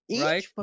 Right